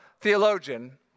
theologian